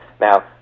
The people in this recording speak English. Now